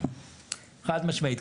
חד משמעית.